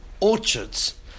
orchards